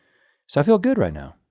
so i feel good right now.